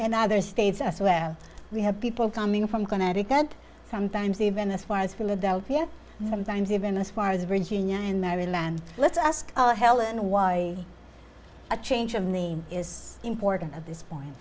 and other states as well we have people coming from connecticut and sometimes even as far as philadelphia sometimes even as far as virginia and mary land let's ask helen why a change of name is important at this point